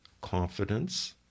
confidence